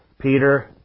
Peter